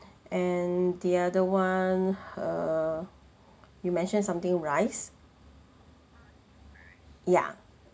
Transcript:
and the other one err you mention something rice ya